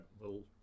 little